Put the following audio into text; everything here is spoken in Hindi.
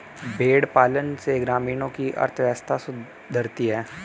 भेंड़ पालन से ग्रामीणों की अर्थव्यवस्था सुधरती है